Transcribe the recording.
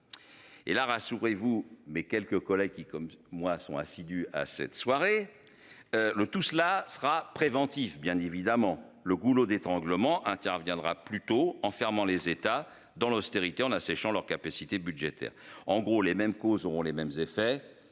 Et là, rassurez-vous, mais quelques collègues qui comme moi sont assidus à cette soirée. Le tout cela sera préventif bien évidemment le goulot d'étranglement interviendra plutôt en fermant les États dans l'austérité en asséchant leurs capacités budgétaires en gros les mêmes causes auront les mêmes effets